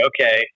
Okay